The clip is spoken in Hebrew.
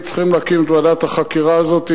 צריכים להקים את ועדת החקירה הזו,